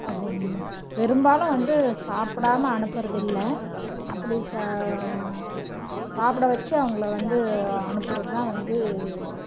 அது பெரும்பாலும் வந்து சாப்பிடாம அனுப்புறதில்லை அப்படி ச சாப்பிட வச்சு அவங்கள வந்து அனுப்புகிறது தான் வந்து